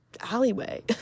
alleyway